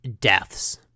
deaths